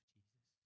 Jesus